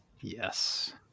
yes